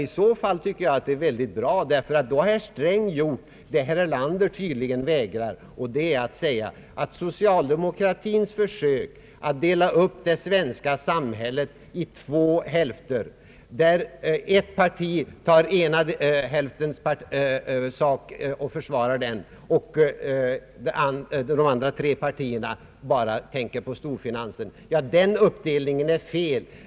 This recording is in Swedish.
I så fall tycker jag att det är mycket bra, ty då har herr Sträng gjort vad herr Erlander tydligen vägrar, och det är att säga att socialdemokratins försök att dela upp det svenska samhället i två hälfter, där ett parti tar ena hälftens sak och försvarar den och där de tre andra partierna bara tänker på storfinansen, är fel.